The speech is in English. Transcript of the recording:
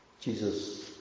Jesus